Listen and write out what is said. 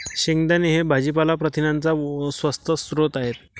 शेंगदाणे हे भाजीपाला प्रथिनांचा स्वस्त स्रोत आहे